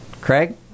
Craig